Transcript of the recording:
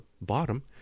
bottom